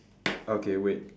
okay wait